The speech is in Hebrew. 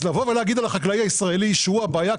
אז לבוא ולהגיד על החקלאי הישראלי שהוא הבעיה?